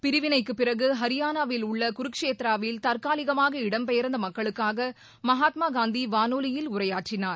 பிரிவினைக்குப் பிறகு ஹரியானாவில் உள்ள குருஷேத்ராவில் தற்காலிகமாக இடம் பெயர்ந்த மக்களுக்காக மகாத்மா காந்தி வானொலியில் உரையாற்றினார்